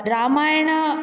Ramayana